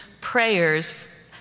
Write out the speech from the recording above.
prayers